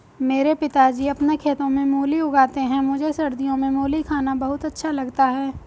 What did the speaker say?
मेरे पिताजी अपने खेतों में मूली उगाते हैं मुझे सर्दियों में मूली खाना बहुत अच्छा लगता है